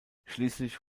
schließlich